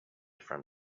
from